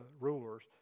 rulers